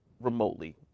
remotely